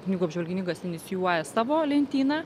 knygų apžvalgininkas inicijuoja savo lentyną